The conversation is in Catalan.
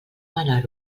manar